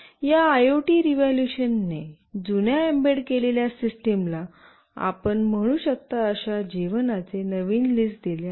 या IoT revolution ने जुन्या एम्बेड केलेल्या सिस्टमला आपण म्हणू शकता अशा जीवनाचे नवीन लीज दिले आहे